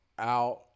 out